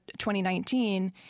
2019